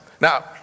now